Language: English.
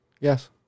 Yes